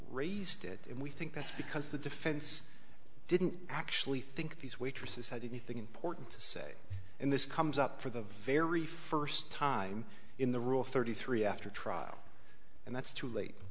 raised it and we think that's because the defense didn't actually think these waitresses had anything important to say and this comes up for the very first time in the rule thirty three after trial and that's too late